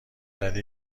زده